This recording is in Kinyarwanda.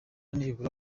nibura